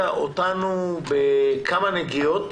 אותנו בכמה נגיעות